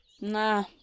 Nah